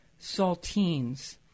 saltines